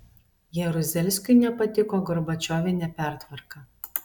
jaruzelskiui nepatiko gorbačiovinė pertvarka